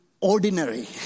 Ordinary